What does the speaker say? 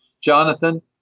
Jonathan